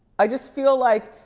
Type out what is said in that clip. i just feel like,